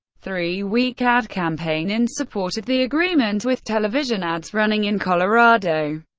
three-week ad campaign in support of the agreement, with television ads running in colorado,